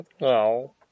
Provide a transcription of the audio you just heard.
No